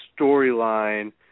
storyline